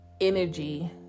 energy